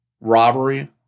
robbery